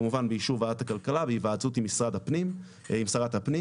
כמובן באישור ועדת הכלכלה והיוועצות עם משרד הפנים עם שרת הפנים